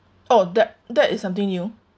oh that that is something new